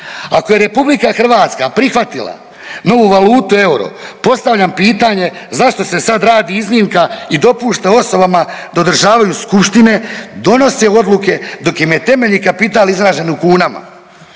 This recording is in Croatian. Ako je RH prihvatila novu valutu euro postavljam pitanje zašto se sad radi iznimka i dopušta osobama da održavaju skupštine, donose odluke dok im je temeljni kapital izražen u kunama?